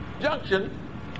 junction